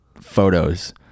photos